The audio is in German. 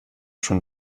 schon